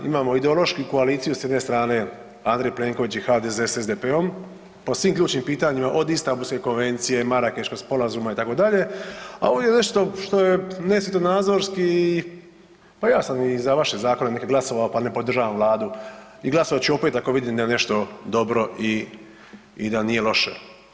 Imamo ideološku koaliciju s jedne strane Andrej Plenković i HDZ s SDP-om po svim ključnim pitanjima od Istambulske konvencije, Marakeškog sporazuma, a ovdje je nešto što je ne svjetonazorski i, pa ja sam i za vaše zakone neke glasovao pa na podržavam Vladu i glasovat ću opet ako vidim da je nešto dobro i da nije loše.